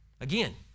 Again